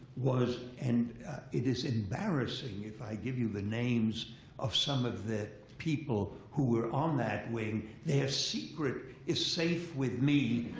was, and it is embarrassing if i give you the names of some of the people who were on that wing, their secret is safe with me.